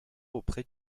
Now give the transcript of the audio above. auprès